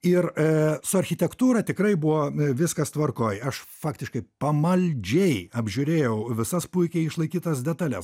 ir su architektūra tikrai buvo viskas tvarkoj aš faktiškai pamaldžiai apžiūrėjau visas puikiai išlaikytas detales